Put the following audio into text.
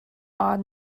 odd